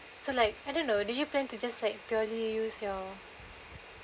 so like I don't know do you plan to just like purely use your